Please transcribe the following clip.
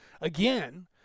Again